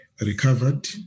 recovered